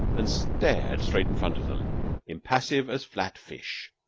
and stared straight in front of them impassive as flat fish.